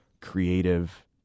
creative